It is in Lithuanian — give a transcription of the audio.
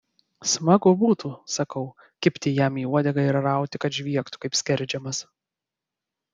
smagu būtų sakau kibti jam į uodegą ir rauti kad žviegtų kaip skerdžiamas